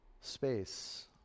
space